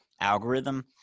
algorithm